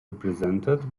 represented